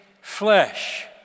flesh